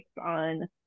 on